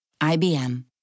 IBM